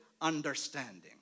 understanding